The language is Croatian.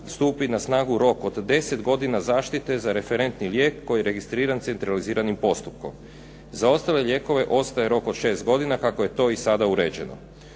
stupi na snagu rok od 10 godina zaštite za referentni lijek koji je registriran centraliziranim postupkom. Za ostale lijekove ostaje rok od 6 godina, kako je to i sada uređeno.